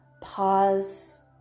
pause